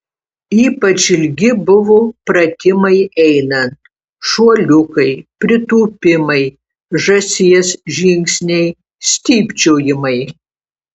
ypač ilgi buvo pratimai einant šuoliukai pritūpimai žąsies žingsniai stypčiojimai